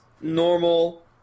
normal